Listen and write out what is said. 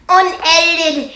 unedited